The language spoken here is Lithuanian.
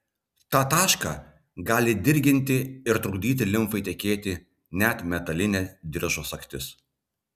tą tašką gali dirginti ir trukdyti limfai tekėti net metalinė diržo sagtis